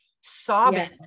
sobbing